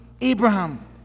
Abraham